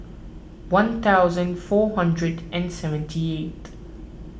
one thousand four hundred and seventy eighth